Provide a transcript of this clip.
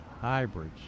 hybrids